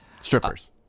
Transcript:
Strippers